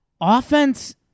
offense